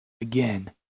again